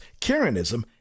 Karenism